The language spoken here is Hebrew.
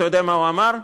אתה יודע מה הוא אמר?